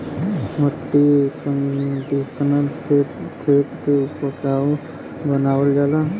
मट्टी कंडीशनर से खेत के उपजाऊ बनावल जाला